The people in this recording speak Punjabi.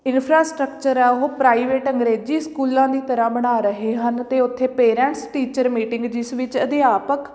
ਇੰਨਫਰਾਸਟਕਚਰ ਹੈ ਉਹ ਪ੍ਰਾਈਵੇਟ ਅੰਗਰੇਜ਼ੀ ਸਕੂਲਾਂ ਦੀ ਤਰ੍ਹਾਂ ਬਣਾ ਰਹੇ ਹਨ ਅਤੇ ਉੱਥੇ ਪੇਰੈਂਟਸ ਟੀਚਰ ਮੀਟਿੰਗ ਜਿਸ ਵਿੱਚ ਅਧਿਆਪਕ